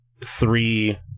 three